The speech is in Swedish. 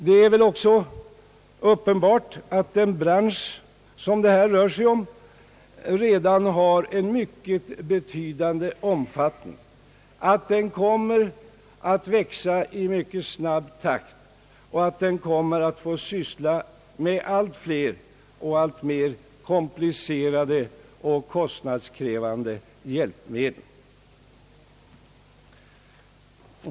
Det är väl också uppenbart, att den bransch som det här rör sig om redan har en mycket betydande omfattning, att den kommer att växa i mycket snabb takt och att den kommer att få syssla med allt fler och alltmer komplicerade och kostnadskrävande hjälpmedel.